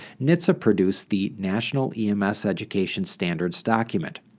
nhtsa produced the national ems education standards document.